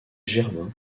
germains